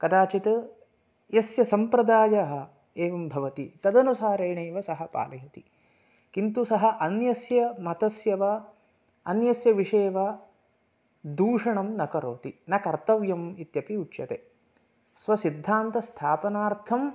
कदाचित् यस्य सम्प्रदायः एवं भवति तदनुसारेणैव सः पालयति किन्तु सः अन्यस्य मतस्य वा अन्यस्य विषये वा दूषणं न करोति न कर्तव्यम् इत्यपि उच्यते स्वसिद्धान्तस्थापनार्थं